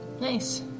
Nice